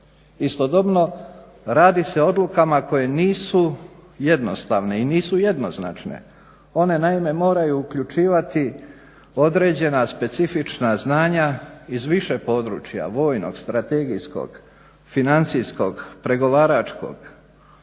Istodobno radi se i o odlukama koje nisu jednostavne i nisu jednoznačne, one naime moraju uključivati određena specifična znanja iz više područja: vojnog, strategijskog, financijskog, pregovaračkog.